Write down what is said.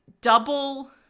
double